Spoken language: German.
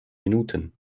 minuten